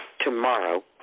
Tomorrow